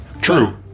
True